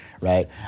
right